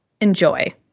enjoy